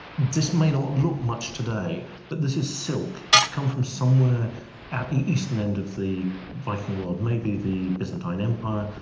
this may not look much today but this is silk, it's come from somewhere at the eastern end of the viking world maybe the byzantine empire,